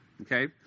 okay